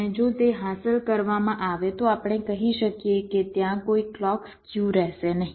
અને જો તે હાંસલ કરવામાં આવે તો આપણે કહી શકીએ કે ત્યાં કોઈ ક્લૉક સ્ક્યુ રહેશે નહીં